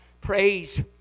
praise